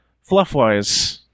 fluff-wise